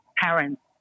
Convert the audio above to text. parents